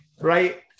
right